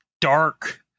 dark